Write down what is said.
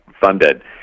funded